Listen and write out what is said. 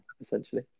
essentially